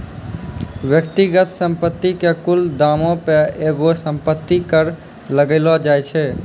व्यक्तिगत संपत्ति के कुल दामो पे एगो संपत्ति कर लगैलो जाय छै